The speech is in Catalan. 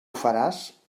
faràs